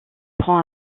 prend